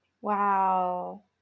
Wow